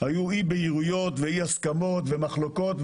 היו אי בהירויות, אי הסכמות ומחלוקות.